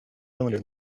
cylinder